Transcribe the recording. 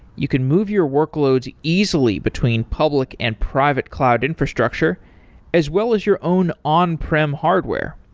you can move your workloads easily between public and private cloud infrastructure as well as your own on-prim hardware.